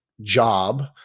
job